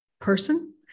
person